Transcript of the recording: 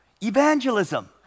Evangelism